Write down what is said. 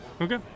okay